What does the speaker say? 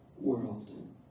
world